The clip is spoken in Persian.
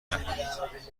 نکنید